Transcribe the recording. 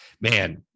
man